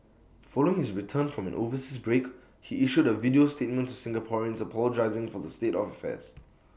following his return from an overseas break he issued A video statement to Singaporeans apologising for the state of affairs